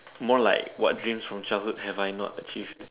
more like what dreams from childhood have I not achieved